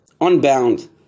unbound